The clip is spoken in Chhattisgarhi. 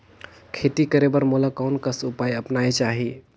खेती करे बर मोला कोन कस उपाय अपनाये चाही?